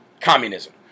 communism